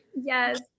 Yes